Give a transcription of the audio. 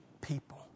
people